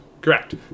Correct